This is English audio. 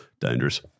dangerous